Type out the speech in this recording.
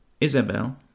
Isabel